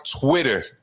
Twitter